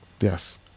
Yes